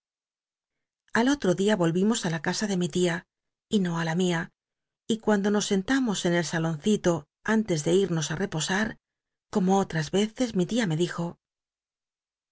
al otro dia volvimos la casa de mi tia y no d lamia y cuando nos en tamos en el salonrit o antes de irnos oí cpos u como otras veces mi tia me dijo